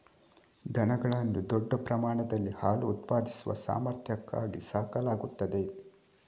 ದನಗಳನ್ನು ದೊಡ್ಡ ಪ್ರಮಾಣದಲ್ಲಿ ಹಾಲು ಉತ್ಪಾದಿಸುವ ಸಾಮರ್ಥ್ಯಕ್ಕಾಗಿ ಸಾಕಲಾಗುತ್ತದೆ